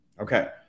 Okay